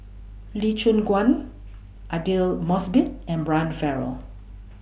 Lee Choon Guan Aidli Mosbit and Brian Farrell